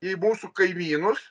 į mūsų kaimynus